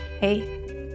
Hey